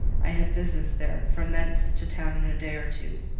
i have business there from thence to town in a day or two.